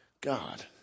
God